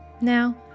Now